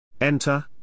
Enter